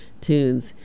tunes